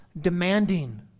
demanding